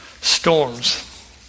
storms